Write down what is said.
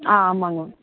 ஆ ஆமாங்க மேம்